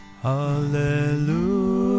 hallelujah